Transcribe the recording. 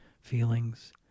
feelings